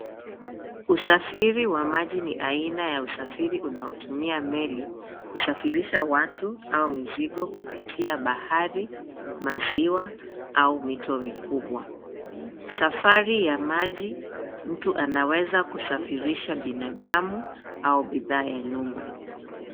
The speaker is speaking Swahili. Usafiri wa maji ni aina ya usafiri unaotumia meli kusafirisha watu au mizigo kutumia bahari, maziwa au mito mikubwa. Safari ya maji mtu anaweza kusafirisha binadamu au bidhaa ya nyumba.